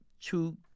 two